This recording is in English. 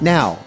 Now